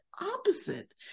opposite